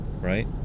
right